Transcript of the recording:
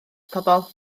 pobl